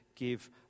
Give